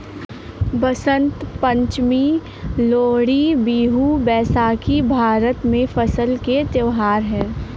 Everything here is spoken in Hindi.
बसंत पंचमी, लोहड़ी, बिहू, बैसाखी भारत में फसल के त्योहार हैं